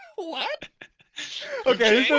what okay? yeah